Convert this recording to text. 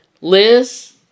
Liz